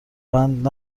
بند